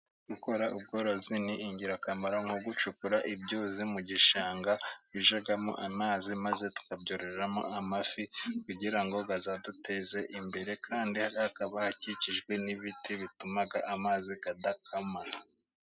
Gukora ubworozi ni ingirakamaro, nko gucukura ibyuzi mu gishanga bijyamo amazi maze tukabyororeramo amafi kugira ngo azaduteze imbere Kandi hariya hakaba hakikijwe n'ibiti bituma amazing adakama.